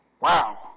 Wow